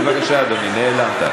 בבקשה, אדוני, נעלמת.